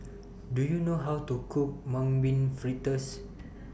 Do YOU know How to Cook Mung Bean Fritters